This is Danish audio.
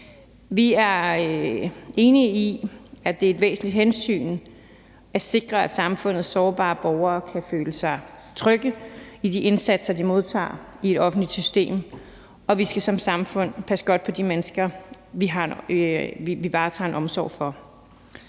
Vi er enige i, at det er et væsentligt hensyn at sikre, at samfundets sårbare borgere kan føle sig trygge i de indsatser, de modtager i et offentligt system, og vi skal som samfund passe godt på de mennesker, vi varetager en omsorg for.